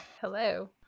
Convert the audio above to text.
Hello